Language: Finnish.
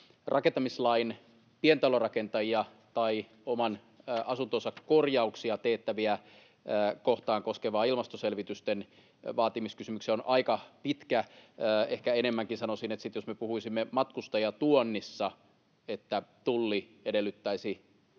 rakentamislain pientalorakentajia tai oman asuntonsa korjauksia teettäviä koskevaan ilmastoselvitysten vaatimiskysymykseen on aika pitkä. Ehkä enemmänkin sanoisin, että jos me puhuisimme matkustajatuonnista ja että Tulli edellyttäisi